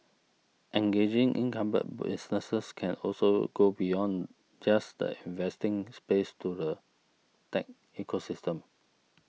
engaging incumbent businesses can also go beyond just the investing space to the tech ecosystem